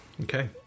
Okay